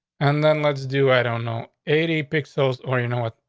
and then let's do i don't know, eighty picks those or you know what,